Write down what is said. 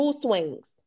swings